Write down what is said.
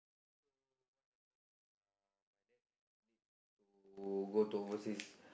so what happened uh my dad need to go to overseas